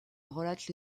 relate